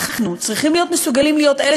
אנחנו צריכים להיות מסוגלים להיות אלה